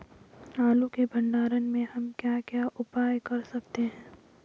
आलू के भंडारण में हम क्या क्या उपाय कर सकते हैं?